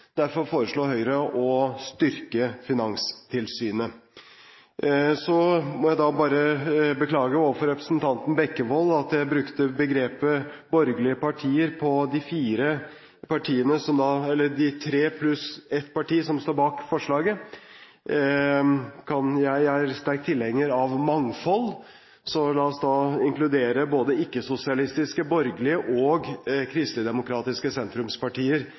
Derfor foreslår Høyre å styrke Finanstilsynet. Så må jeg bare beklage overfor representanten Bekkevold at jeg brukte begrepet «borgerlige partier» på de tre partiene pluss et parti som står bak forslaget. Jeg er sterk tilhenger av mangfold. Så la oss da inkludere både ikke-sosialistiske, borgerlige, og kristelig-demokratiske sentrumspartier